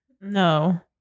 No